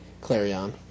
Clarion